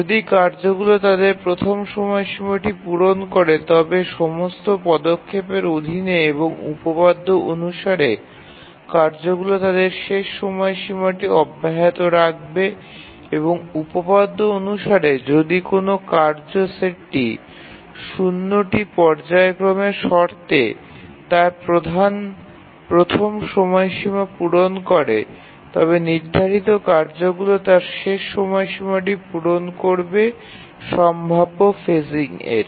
যদি কার্যগুলি তাদের প্রথম সময়সীমাটি পূরণ করে তবে সমস্ত পদক্ষেপের অধীনে এবং উপপাদ্য অনুসারে কার্যগুলি তাদের শেষ সময়সীমাটি অব্যাহত রাখবে এবং উপপাদ্য অনুসারে যদি কোনও কার্য সেটটি 0 টি পর্যায়ক্রমের শর্তে তার প্রথম সময়সীমা পূরণ করে তবে নির্ধারিত কার্যগুলি তার শেষ সময়সীমাটি পূরণ করবে সম্ভাব্য ফেজিং এর